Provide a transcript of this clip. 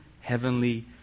heavenly